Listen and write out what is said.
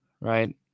right